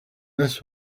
this